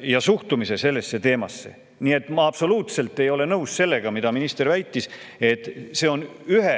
ja suhtumise sellesse teemasse. Ma absoluutselt ei ole nõus sellega, mida minister väitis, et see on ühe